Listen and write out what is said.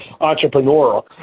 entrepreneurial